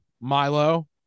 milo